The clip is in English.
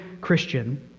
Christian